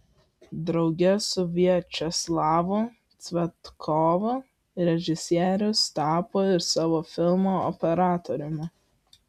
drauge su viačeslavu cvetkovu režisierius tapo ir savo filmo operatoriumi